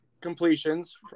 completions